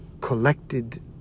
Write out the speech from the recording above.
collected